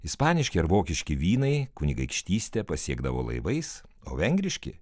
ispaniški ar vokiški vynai kunigaikštystę pasiekdavo laivais o vengriški